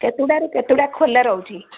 କେତେଟାରୁ କେତେଟା ଖୋଲା ରହୁଛି